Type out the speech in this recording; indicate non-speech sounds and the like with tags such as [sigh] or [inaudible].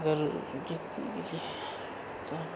अगर [unintelligible]